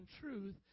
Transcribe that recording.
truth